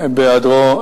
בהיעדרו,